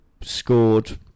scored